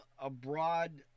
abroad